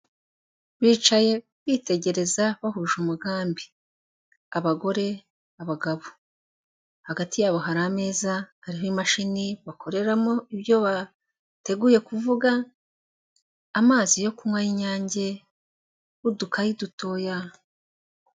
Bicaye bitegereza bahuje umugambi, abagore, abagabo, hagati y'abo hari ameza, hariho imashini bakoreramo ibyo bateguye kuvuga, amazi yo kunywa y'inyange n'udukayi dutoya.